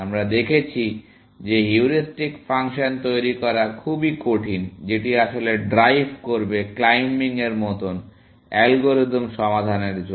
আমরা দেখেছি যে হিউরিস্টিক ফাংশন তৈরি করা খুবই কঠিন যেটি আসলে ড্রাইভ করবে ক্লাইম্বিং এর মতো অ্যালগরিদম সমাধানের জন্য